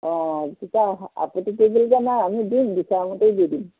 অ তেতিয়া আপত্তি কৰিবলগীয়া নাই আমি দিম বিচৰামতেই দি দিম